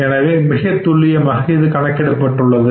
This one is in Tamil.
எனவே மிகத் துல்லியமாக இது கணக்கிடப்பட்டுள்ளது